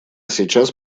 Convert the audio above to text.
сейчас